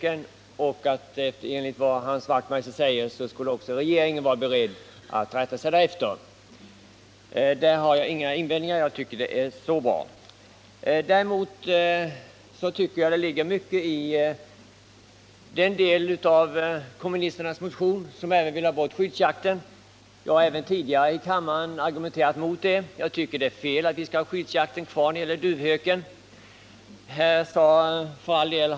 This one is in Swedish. Enligt vad Hans Wachtmeister säger skulle regeringen också vara beredd att rätta sig därefter. Jag har inga invändningar, utan tycker att det är bra. Däremot anser jag att det finns mycket i kommunisternas krav på att skyddsjakten skall upphöra. Jag har även tidigare argumenterat mot denna jakt och tycker det är fel att skyddsjakten skall vara kvar när det gäller duvhöken.